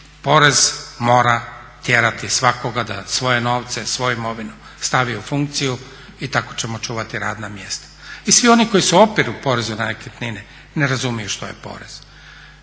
Porez mora tjerati svakoga da svoje novce, svoju imovinu stavi u funkciju i tako ćemo čuvati radna mjesta. I svi oni koji se opiru porezu na nekretnine ne razumiju što je porez.